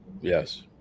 yes